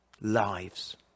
lives